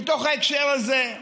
מתוך ההקשר הזה.